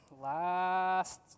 last